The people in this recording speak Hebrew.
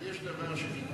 יש דבר שנקרא